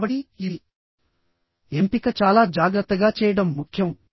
కాబట్టి ఇది ఎంపిక చాలా జాగ్రత్తగా చేయడం ముఖ్యం